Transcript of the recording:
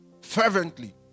fervently